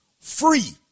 free